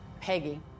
Peggy